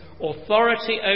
authority